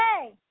Hey